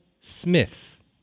Smith